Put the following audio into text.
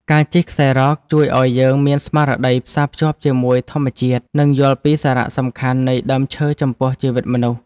ការជិះខ្សែរ៉កជួយឱ្យយើងមានស្មារតីផ្សារភ្ជាប់ជាមួយធម្មជាតិ និងយល់ពីសារៈសំខាន់នៃដើមឈើចំពោះជីវិតមនុស្ស។